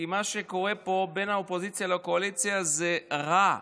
כי מה שקורה פה בין האופוזיציה לקואליציה זה רע,